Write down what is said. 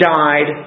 died